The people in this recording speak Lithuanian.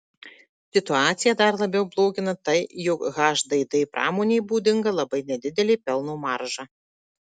situaciją dar labiau blogina tai jog hdd pramonei būdinga labai nedidelė pelno marža